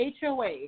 HOA